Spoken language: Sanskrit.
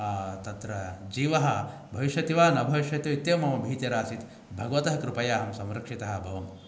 तत्र जीव भविष्यति वा न भविष्यति वा इत्येव मम भीतिरासीत् भगवत कृपया अहं संरक्षित अभवम्